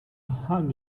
hug